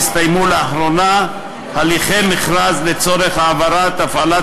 לאחרונה הסתיימו הליכי מכרז לצורך העברת הפעלת